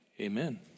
amen